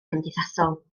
cymdeithasol